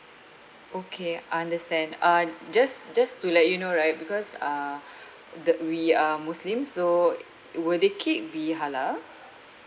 okay understand uh just just to let you know right because uh the we are muslims so will the cake be halal